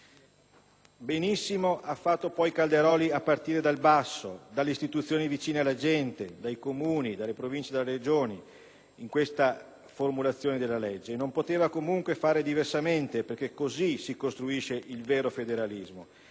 Benissimo ha fatto poi il ministro Calderoli a partire dal basso, dalle istituzioni vicine alla gente, dai Comuni, dalle Province e dalle Regioni, nella formulazione del provvedimento; non poteva comunque fare diversamente perché così si costruisce il vero federalismo.